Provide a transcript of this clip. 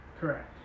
Correct